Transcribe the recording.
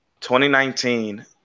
2019